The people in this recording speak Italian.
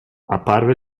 apparve